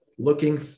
looking